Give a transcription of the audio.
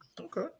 Okay